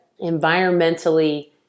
environmentally